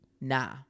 nah